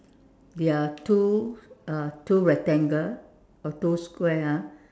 there are two uh two rectangle or two square ah